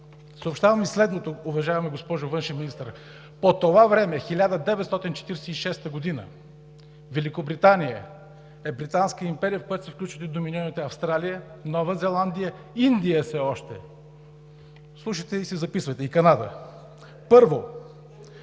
съобщавам Ви следното, уважаема госпожо Външен министър. По това време – 1946 г., Великобритания е британска империя, в която са включени доминираните Австралия, Нова Зеландия, Индия все още – слушайте и си записвайте, и Канада. Първо,